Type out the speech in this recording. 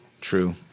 True